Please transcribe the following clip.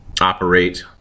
operate